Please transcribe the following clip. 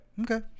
Okay